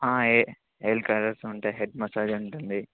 hair colours ఉంటాయి head massage ఉంటుంది